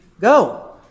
go